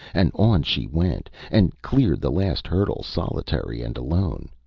and on she went, and cleared the last hurdle solitary and alone,